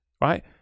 right